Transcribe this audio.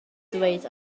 ddweud